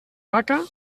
vaca